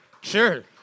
Sure